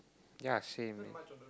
ya same